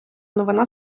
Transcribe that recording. новина